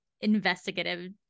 investigative